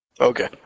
Okay